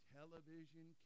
television